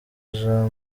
jean